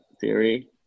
theory